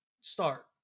start